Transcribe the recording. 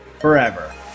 forever